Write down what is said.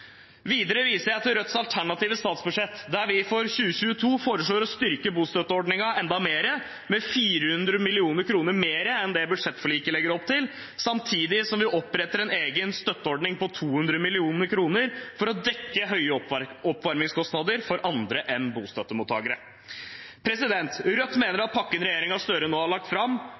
Videre viser jeg til Rødts alternative statsbudsjett, der vi for 2022 foreslår å styrke bostøtteordningen med 400 mill. kr mer enn det budsjettforliket legger opp til, samtidig som vi oppretter en egen støtteordning på 200 mill. kr for å dekke høye oppvarmingskostnader for andre enn bostøttemottakere. Rødt mener at pakken som regjeringen Støre nå har lagt fram,